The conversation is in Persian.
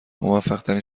موفقترین